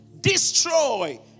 Destroy